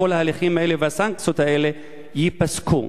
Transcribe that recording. שכל ההליכים האלה והסנקציות האלה ייפסקו.